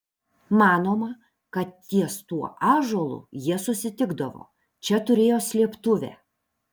manoma kad ties tuo ąžuolu jie susitikdavo čia turėjo slėptuvę